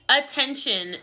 attention